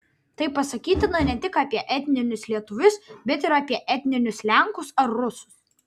tai pasakytina ne tik apie etninius lietuvius bet ir apie etninius lenkus ar rusus